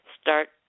Start